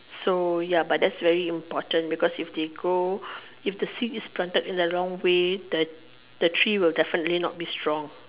so ya but that's very important because if they grow if the seed is planted in the wrong way the the tree will definitely not be strong